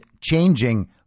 changing